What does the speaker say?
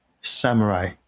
samurai